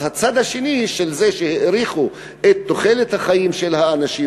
אז הצד השני של זה שהאריכו את תוחלת החיים של האנשים